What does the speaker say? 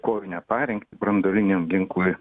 kovinę parengtį branduoliniam ginklui